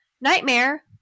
Nightmare